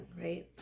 right